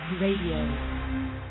Radio